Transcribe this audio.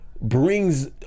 brings